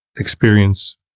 experience